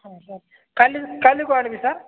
ହଁ ସାର୍ କାଲି କାଲିକୁ ଆଣିବି ସାର୍